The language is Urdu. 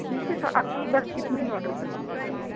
ٹھیک ہے تو ابھی بس اتنے ہی آڈر کر دیجیے گا